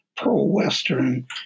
pro-Western